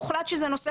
הוגשו שתי טענות נושא